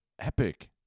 epic